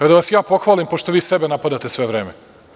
Evo da vas ja pohvalim, pošto vi sebe napadate svo vreme.